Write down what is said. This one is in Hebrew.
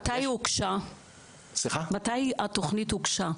מי התוכנית הוגשה?